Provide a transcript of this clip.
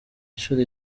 inshuro